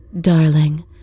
darling